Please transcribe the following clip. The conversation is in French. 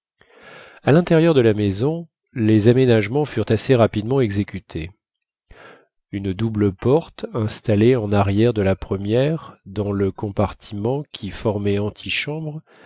à l'intérieur de la maison les aménagements furent assez rapidement exécutés une double porte installée en arrière de la première dans le compartiment qui formait antichambre